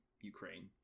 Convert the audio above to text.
Ukraine